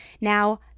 Now